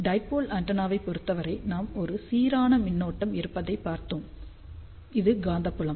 dipole ஆண்டெனாவைப் பொறுத்தவரை நாம் ஒரு சீரான மின்னோட்டம் இருப்பதாகப் பார்த்தோம் இது காந்தப்புலம்